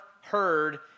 heard